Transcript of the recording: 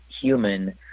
human